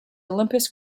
olympus